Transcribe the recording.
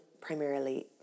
primarily